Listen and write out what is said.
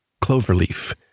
Cloverleaf